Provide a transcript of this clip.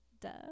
duh